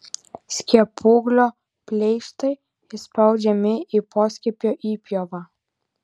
skiepūglio pleištai įspaudžiami į poskiepio įpjovą